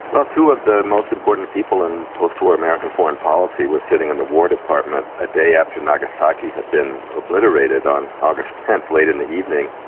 well two of the most important people in post-war american foreign policy were sitting in the war department a day after nagasaki had been obliterated on august tenth, late in the evening,